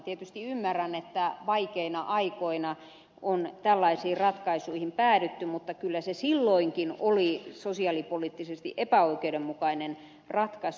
tietysti ymmärrän että vaikeina aikoina on tällaisiin ratkaisuihin päädytty mutta kyllä se silloinkin oli sosiaalipoliittisesti epäoikeudenmukainen ratkaisu